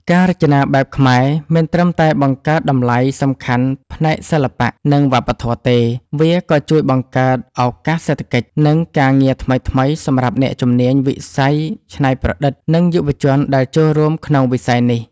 ការរចនាបែបខ្មែរមិនត្រឹមតែបង្កើតតម្លៃសំខាន់ផ្នែកសិល្បៈ និងវប្បធម៌ទេ វាក៏ជួយបង្កើតឱកាសសេដ្ឋកិច្ច និងការងារថ្មីៗសម្រាប់អ្នកជំនាញវិស័យច្នៃប្រឌិត និងយុវជនដែលចូលរួមក្នុងវិស័យនេះ។